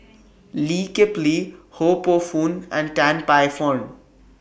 Lee Kip Lee Ho Poh Fun and Tan Paey Fern